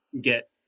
get